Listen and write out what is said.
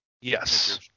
Yes